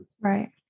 Right